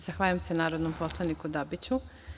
Zahvaljujem se narodnom poslaniku Dabiću.